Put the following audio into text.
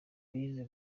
bize